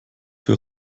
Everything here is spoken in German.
für